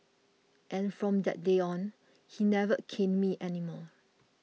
and from that day on he never caned me anymore